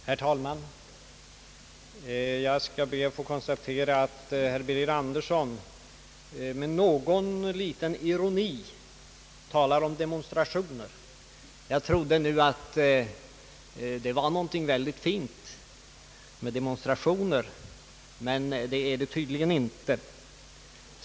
Herr talman! Jag ber att få konstatera att herr Birger Andersson med något litet ironi talar om demonstrationer: Jag trodde nu att det för honom var någonting väldigt fint med demonstrationer, men det är det tydligen inte.